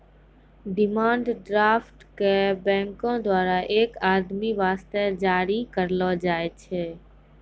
demand draft क बैंको द्वारा एक आदमी वास्ते जारी करलो जाय छै